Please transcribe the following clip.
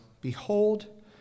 Behold